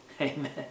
Amen